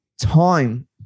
time